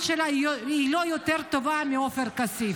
שלה היא לא יותר טובה מעופר כסיף.